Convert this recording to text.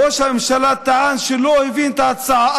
ראש הממשלה טען שלא הבין את ההצעה.